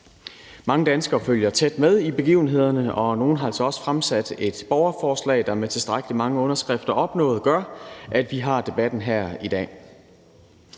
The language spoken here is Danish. Mange danskere følger tæt med i begivenhederne, og nogle har altså også fremsat et borgerforslag, der med tilstrækkelig mange underskrifter opnået gør, at vi har debatten her i dag.